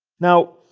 now,